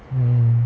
um